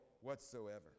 whatsoever